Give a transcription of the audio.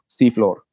seafloor